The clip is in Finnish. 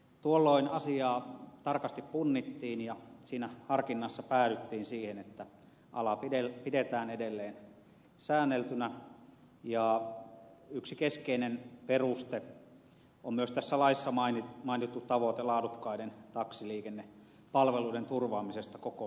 tuolloin asiaa tarkasti punnittiin ja siinä harkinnassa päädyttiin siihen että ala pidetään edelleen säänneltynä ja yksi keskeinen peruste on myös tässä laissa mainittu tavoite laadukkaiden taksiliikennepalveluiden turvaamisesta koko maassa